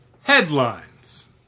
headlines